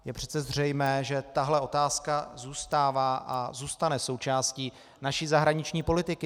Je přece zřejmé, že tahle otázka zůstává a zůstane součástí naší zahraniční politiky.